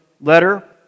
letter